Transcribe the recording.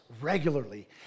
regularly